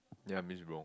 ya means wrong